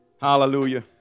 Hallelujah